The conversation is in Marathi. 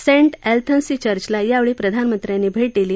सेंट एलन्थनी चर्चला यावेळी प्रधामंत्र्यांनी भेट दिली